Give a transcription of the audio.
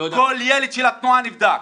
ילד של התנועה נבדק.